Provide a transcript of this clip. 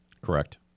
correct